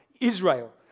Israel